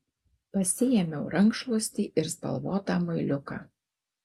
pasiėmiau rankšluostį ir spalvotą muiliuką